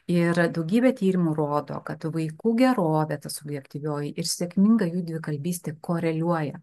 ir daugybė tyrimų rodo kad vaikų gerovė ta subjektyvioji ir sėkminga jų dvikalbystė koreliuoja